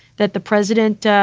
that the president,